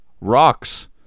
rocks